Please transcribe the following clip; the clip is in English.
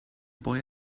boy